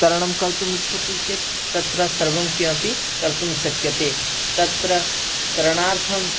तरणं कर्तुमिच्छन्ति चेत् तत्र सर्वं किमपि कर्तुं शक्यते तत्र तरणार्थम्